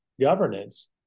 governance